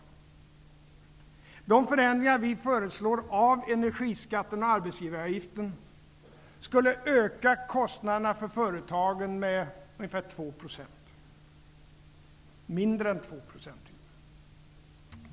De förändringar vi föreslår av energiskatten och arbetsgivaravgiften skulle öka kostnaderna för företagen med mindre än 2 %.